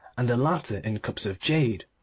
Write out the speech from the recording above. and the latter in cups of jade.